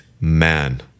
man